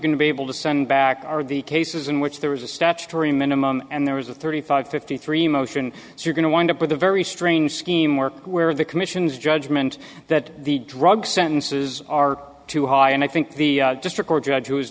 going to be able to send back are the cases in which there was a statutory minimum and there was a thirty five fifty three motion you're going to wind up with a very strange scheme work where the commission's judgment that the drug sentences are too high and i think the just record judge who is